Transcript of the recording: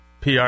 pr